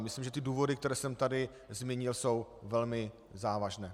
Myslím, že důvody, které jsem tady zmínil, jsou velmi závažné.